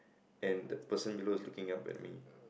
and the person below is looking up at me